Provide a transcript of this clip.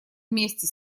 вместе